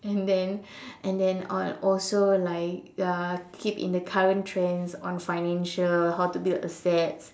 and then and then on also like uh keep in the current trends on financial on how to build asset